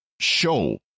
show